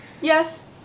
Yes